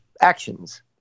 actions